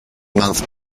month